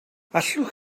allwch